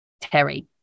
Terry